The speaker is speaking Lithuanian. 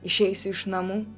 išeisiu iš namų